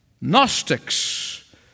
Gnostics